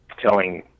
telling